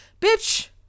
bitch